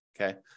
Okay